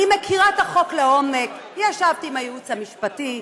אני מכירה את החוק לעומק, ישבתי עם הייעוץ המשפטי.